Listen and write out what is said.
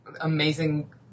amazing